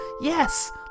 Yes